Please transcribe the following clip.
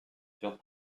furent